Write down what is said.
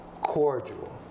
cordial